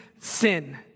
sin